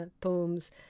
poems